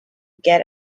get